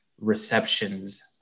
receptions